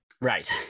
right